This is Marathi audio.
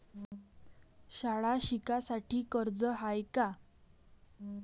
शाळा शिकासाठी कर्ज हाय का?